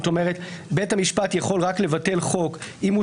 בית המשפט יכול רק לבטל חוק אם הוא